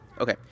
Okay